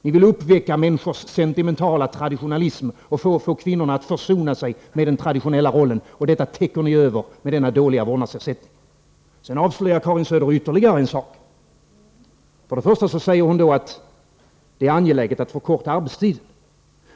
Ni vill uppväcka människors sentimentala traditionalism och få kvinnorna att försona sig med den traditionella rollen. Detta täcker ni över med denna dåliga vårdnadsersättning. Sedan avslöjar Karin Söder ytterligare en sak. Hon säger att det är angeläget att förkorta arbetstiden.